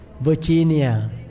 Virginia